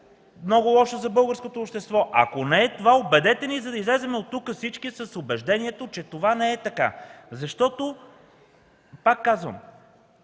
много лошо за българското общество. Ако не е това, убедете ни, за да излезем оттук всички с убеждението, че това не е така. Защото, пак казвам,